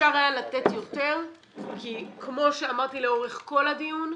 אפשר היה לתת יותר כי כמו שאמרתי לאורך כל הדיון,